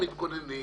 מתכוננים